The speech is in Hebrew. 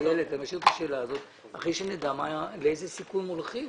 ונשאל אותה אחרי שנדע לאיזה סיכום הולכים.